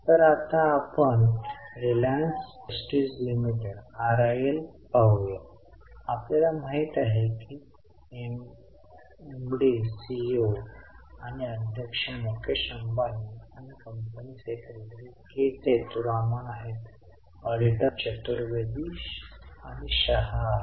तर आता आपण RIL आरआयएल पाहू या आपल्याला माहिती आहे की एमडी सीईओ आणि अध्यक्ष मुकेश अंबानी आणि कंपनी सेक्रेटरी के सेतुरामन आहेत ऑडिटर चतुर्वेदी आणि शाह आहेत